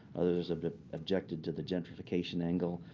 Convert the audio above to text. others have objected to the gentrification angle.